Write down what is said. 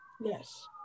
Yes